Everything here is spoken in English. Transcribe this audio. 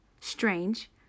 Strange